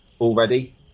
already